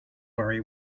worry